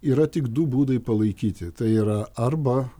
yra tik du būdai palaikyti tai yra arba